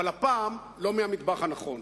אבל הפעם, לא מהמטבח הנכון.